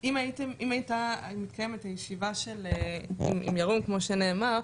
אם הייתה מתקיימת הישיבה עם ירום כמו שנאמר,